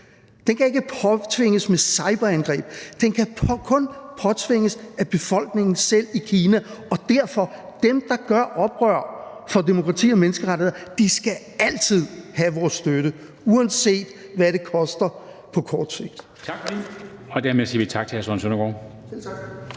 den kan ikke påtvinges med cyberangreb. Den kan kun påtvinges af befolkningen i Kina selv, og derfor skal dem, der gør oprør for at få demokrati og menneskerettigheder, altid have vores støtte, uanset hvad det koster på kort sigt.